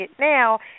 now